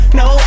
no